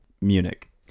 Munich